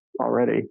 already